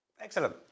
Excellent